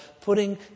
putting